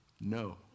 No